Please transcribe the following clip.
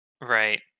Right